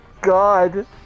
God